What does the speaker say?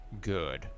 good